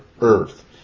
earth